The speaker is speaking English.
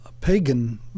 Pagan